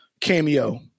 cameo